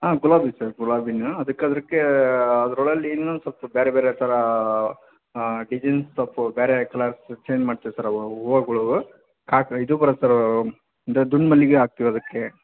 ಹಾಂ ಗುಲಾಬಿ ಸರ್ ಗುಲಾಬಿನ ಅದಕ್ಕೆ ಅದಕ್ಕೆ ಅದ್ರೊಳಲ್ ಇನ್ನೊಂದು ಸ್ವಲ್ಪ ಬ್ಯಾರೆ ಬೇರೆ ಥರ ಡಿಸೈನ್ಸ್ ಸೊಲ್ಪ ಬೇರೆ ಕಲರ್ಸ್ ಚೇಂಜ್ ಮಾಡ್ತೀವಿ ಸರ್ ಅವು ಹೂವಗಳು ಕಾಕ್ ಇದು ಬರತ್ತೆ ಸರ್ ಎಂತ ದುಂಡು ಮಲ್ಲಿಗೆ ಹಾಕ್ತೀವಿ ಅದಕ್ಕೆ